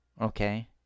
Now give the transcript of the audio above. okay